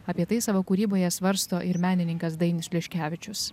apie tai savo kūryboje svarsto ir menininkas dainius liškevičius